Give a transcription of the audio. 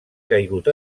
caigut